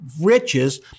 riches